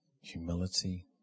humility